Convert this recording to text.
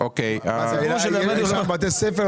זה מקום שמביאים אליו תלמידי בתי ספר,